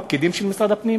הפקידים של משרד הפנים?